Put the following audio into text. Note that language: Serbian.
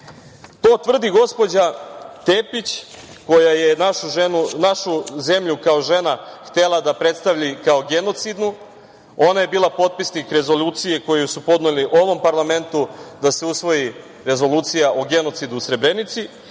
tvrdi gospođa Tepić koja je našu zemlju, kao žena, htela da predstavi kao genocidnu. Ona je bila potpisnik rezolucije koju su podneli ovom parlamentu, da se usvoji rezolucija o genocidu u Srebrenici,